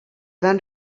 van